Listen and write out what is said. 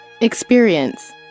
Experience